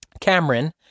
Cameron